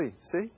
see